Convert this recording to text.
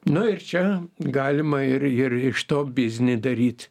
nu ir čia galima ir ir iš to biznį daryt